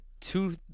two